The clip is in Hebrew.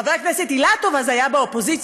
חבר הכנסת אילטוב היה אז באופוזיציה,